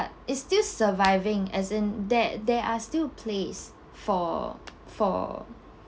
but it's still surviving as in there there are still place for for